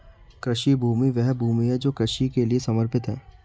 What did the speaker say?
कृषि भूमि वह भूमि है जो कृषि के लिए समर्पित है